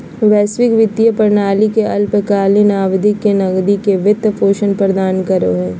वैश्विक वित्तीय प्रणाली ले अल्पकालिक अवधि के नकदी के वित्त पोषण प्रदान करो हइ